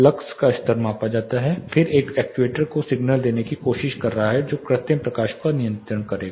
lux का स्तर मापा जाता है फिर यह एक्ट्यूएटर को सिग्नल देने की कोशिश कर रहा है जो कृत्रिम प्रकाश को नियंत्रित करेगा